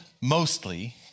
mostly